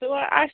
تہٕ وۅنۍ اَسہِ